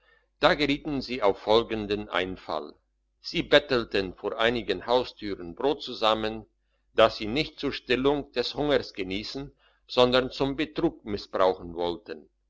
da gerieten sie auf folgenden einfall sie bettelten vor einigen haustüren brot zusammen das sie nicht zur stillung des hungers geniessen sondern zum betrug missbrauchen wollten